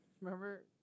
Remember